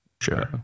Sure